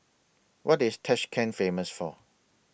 What IS Tashkent Famous For